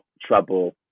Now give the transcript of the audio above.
Trouble